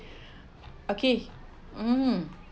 okay um